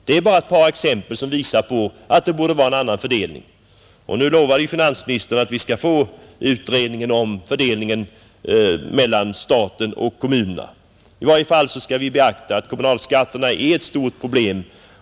Det är bara ett par exempel, som visar att det borde vara en annan fördelning. Nu lovade finansministern att vi skall få utredningen om fördelningen mellan staten och kommunerna. I varje fall skall vi beakta att kommunalskatterna är ett stort problem.